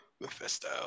Mephisto